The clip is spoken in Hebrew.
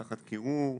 תחת קירור,